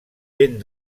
ben